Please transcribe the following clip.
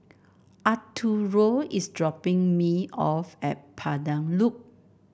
Arturo is dropping me off at Pandan Loop